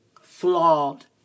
Flawed